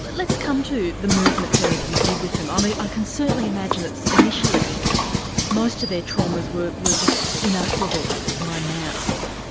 let's come to the movement therapy did with them, um i ah can certainly imagine that initially most of their traumas were were just unutterable by mouth,